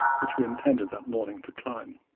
which we intended that morning to climb.